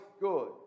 good